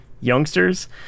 youngsters